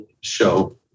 show